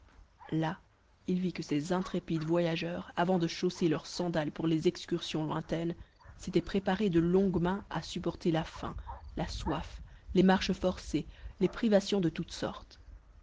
là il vit que ces intrépides voyageurs avant de chausser leurs sandales pour les excursions lointaines s'étaient préparés de longue main à supporter la faim la soif les marches forcées les privations de toutes sortes